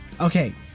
Okay